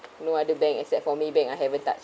no other bank except for MAYBANK I haven't touch